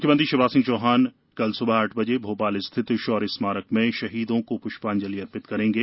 मुख्यमंत्री शिवराज सिंह चौहान कल सुबह आठ बजे भोपाल स्थित शौर्य स्मारक में शहीदों को पुष्पांजलि अर्पित करेंगे